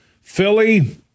Philly